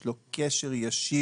יש לו קשר ישיר.